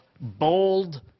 bold